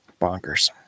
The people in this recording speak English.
Bonkers